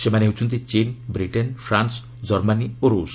ସେମାନେ ହେଉଛନ୍ତି ଚୀନ୍ ବ୍ରିଟେନ୍ ଫ୍ରାନ୍ୱ ଜର୍ମାନୀ ଓ ରୁଷ